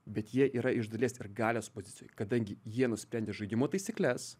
bet jie yra iš dalies ir galios pozicijoj kadangi jie nusprendė žaidimo taisykles